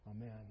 Amen